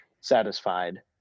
satisfied